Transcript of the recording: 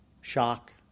shock